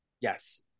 Yes